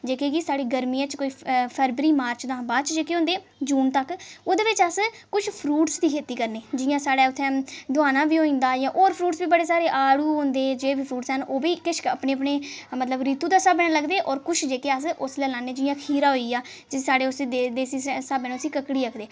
जेह्के कि साढ़े गर्मियें च कोई फरवरी मार्च शा बाद च जेह्के होंदे जून तक ओह्दे बिच अस कुछ फ्रूट्स दी खेत्ती करने जि'यां साढ़े उ'त्थें दोआना बी होई जंदा जां होर फ्रूट्स बी बड़े सारे फ्रूट्स आड़ू होंदे जे बी फ्रूट्स हैन ओह् बी किश अपने अपने मतलब ऋतु दे स्हाबै नै लगदे कुछ जेह्के अस उसलै लान्ने जि'यां खीरा होइया साढ़े उसी देसी स्हाबै नै ककड़ी आखदे